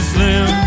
Slim